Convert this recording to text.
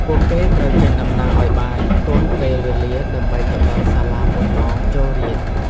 ពួកគេត្រូវចេញដំណើរឱ្យបានទាន់ពេលវេលាដើម្បីទៅដល់សាលាមុនម៉ោងចូលរៀន។